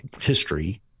history